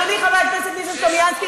אדוני חבר הכנסת ניסן סלומינסקי,